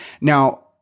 now